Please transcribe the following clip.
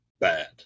bad